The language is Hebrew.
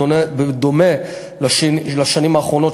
בדומה לשנים האחרונות,